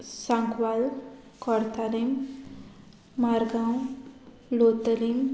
Sankwal Curtorim Margao लोतोलीं